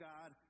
God